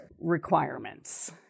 requirements